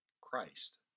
Christ